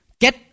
get